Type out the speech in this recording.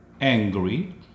angry